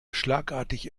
schlagartig